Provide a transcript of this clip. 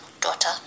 daughter